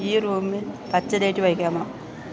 ഈ റൂമിൽ പച്ച ലൈറ്റ് വെയ്ക്കാമോ